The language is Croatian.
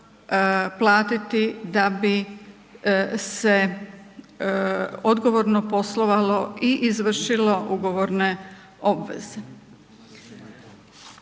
platiti da bi se odgovorno poslovalo i izvršilo ugovorne obveze.